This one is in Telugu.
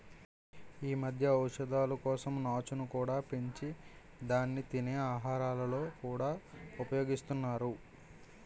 ఈ మధ్య ఔషధాల కోసం నాచును కూడా పెంచి దాన్ని తినే ఆహారాలలో కూడా ఉపయోగిస్తున్నారు